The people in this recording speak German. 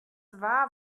war